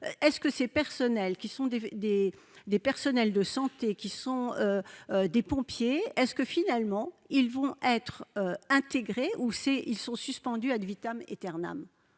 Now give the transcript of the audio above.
est-ce que ces personnels qui sont des, des, des personnels de santé, qui sont des pompiers est-ce que finalement ils vont être intégrés ou c'est ils sont suspendus ad vitam eternam,